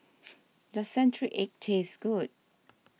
does Century Egg taste good